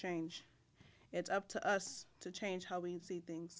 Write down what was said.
change it's up to us to change how we see things